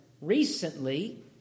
recently